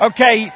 Okay